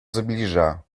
zbliża